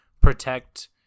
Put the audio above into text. protect